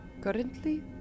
Currently